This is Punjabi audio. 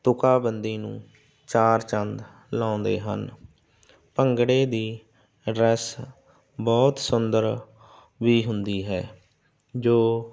ਤੁਕਬੰਦੀ ਨੂੰ ਚਾਰ ਚੰਦ ਲਾਉਂਦੇ ਹਨ ਭੰਗੜੇ ਦਾ ਰਸ ਬਹੁਤ ਸੁੰਦਰ ਵੀ ਹੁੰਦਾ ਹੈ ਜੋ